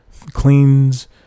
cleans